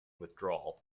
withdrawal